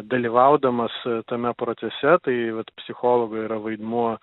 dalyvaudamas tame procese tai vat psichologo yra vaidmuo